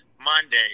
Monday